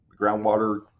groundwater